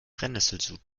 brennesselsud